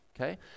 okay